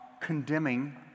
condemning